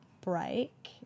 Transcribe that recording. break